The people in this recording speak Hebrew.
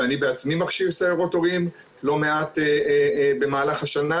ואני בעצמי מכשיר סיירות הורים לא מעט במהלך השנה,